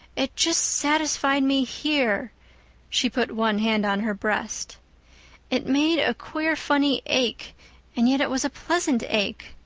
it just satisfies me here she put one hand on her breast it made a queer funny ache and yet it was a pleasant ache.